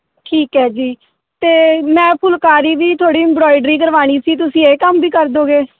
ਠੀਕ ਹੈ ਜੀ ਅਤੇ ਮੈਂ ਫੁਲਕਾਰੀ ਵੀ ਥੋੜ੍ਹੀ ਇਮਬਰੋਇਡਰੀ ਕਰਵਾਉਣੀ ਸੀ ਤੁਸੀਂ ਇਹ ਕੰਮ ਵੀ ਕਰਦੋਗੇ